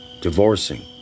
divorcing